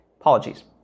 Apologies